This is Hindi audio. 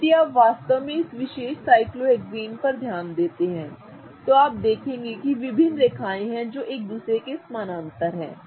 अब यदि आप वास्तव में इस विशेष साइक्लोहेक्सेन पर ध्यान देते हैं तो आप देखेंगे कि विभिन्न रेखाएं हैं जो एक दूसरे के समानांतर हैं